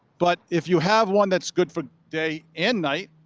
but if you have one that's good for day and night,